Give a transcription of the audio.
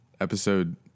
episode